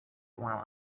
while